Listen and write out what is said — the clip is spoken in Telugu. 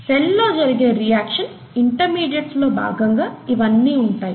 సెల్ లో జరిగే రియాక్షన్ ఇంటర్మీడియేట్ లో భాగంగా ఇవన్నీ ఉంటాయి